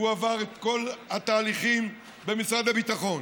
הוא עבר את כל התהליכים במשרד הביטחון.